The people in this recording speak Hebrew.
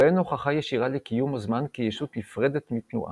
ואין הוכחה ישירה לקיום הזמן כישות נפרדת מתנועה.